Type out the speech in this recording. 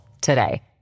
today